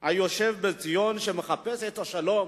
היושב בציון, שמחפש את השלום,